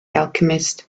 alchemist